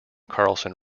carlson